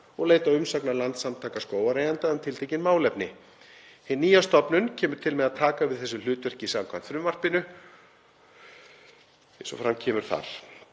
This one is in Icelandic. og leita umsagnar Landssamtaka skógareigenda um tiltekin málefni. Hin nýja stofnun kemur til með að taka við þessu hlutverki samkvæmt frumvarpinu eins og fram kemur þar.